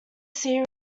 sea